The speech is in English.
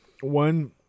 one